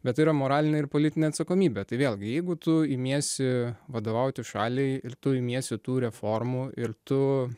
bet yra moralinė ir politinė atsakomybė tai vėlgi jeigu tu imiesi vadovauti šaliai ir tu imiesi tų reformų ir tu